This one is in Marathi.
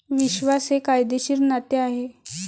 विश्वास हे कायदेशीर नाते आहे